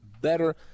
better